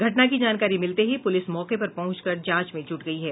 घटना की जानकारी मिलते ही पुलिस मौके पर पहुंच कर जांच में जुट गई है